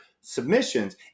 submissions